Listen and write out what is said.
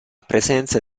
presenza